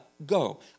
go